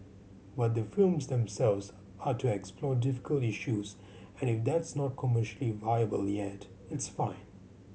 but the films themselves are to explore difficult issues and if that's not commercially viable yet it's fine